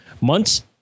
months